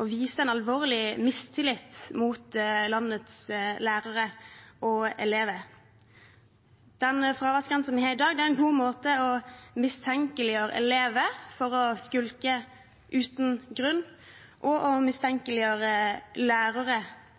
å vise en alvorlig mistillit mot landets lærere og elever. Den fraværsgrensen vi har i dag, er en god måte å mistenke elever for å skulke uten grunn på, og å mistenke lærere